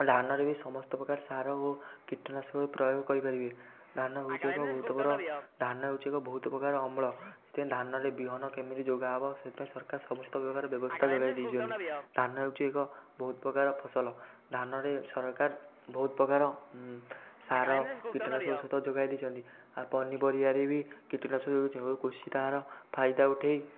ଧାନରେ ବି ସମସ୍ତ ପ୍ରକାର ସାର ଓ କୀଟନାଶକ ପ୍ରୟୋଗ କରିପାରିବେ ଧାନ ହେଉଛି ଏକ ବହୁତ ଧାନ ହେଉଛି ଏକ ବହୁତ ପ୍ରକାର ଅମ୍ଳ ସେଥିପାଇଁ ଧାନରେ ବିହନ କେମିତି ଯୋଗାହେବ ସେଥିପାଇଁ ସରକାର ସମସ୍ତ ପ୍ରକାର ବ୍ୟବସ୍ଥା ଯୋଗାଇ ଦେଇଛନ୍ତି ଧାନ ହେଉଛି ଏକ ବହୁତ ପ୍ରକାର ଫସଲ ଧାନରେ ସରକାର ବହୁତ ପ୍ରକାର ସାର କୀଟନାଶକ ଔଷଧ ଯୋଗାଇ ଦେଇଛନ୍ତି ପନିପରିବାରେ ବି କୀଟନାଶକ କୃଷି ତାହାର ଫାଇଦା ଉଠାଇ